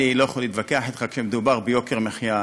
אני לא יכול להתווכח אתך כשמדובר ביוקר מחיה,